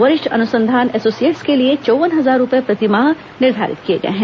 वरिष्ठ अनुसंधान एसोसिएट्स के लिए चौव्वन हजार रुपये प्रति माह निर्धारित किए गए हैं